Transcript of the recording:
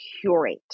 curate